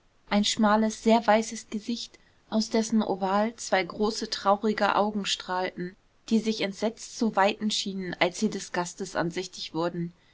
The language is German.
ein schmales sehr weißes gesicht aus dessen oval zwei große traurige augen strahlten die sich entsetzt zu weiten schienen als sie des gastes ansichtig wurden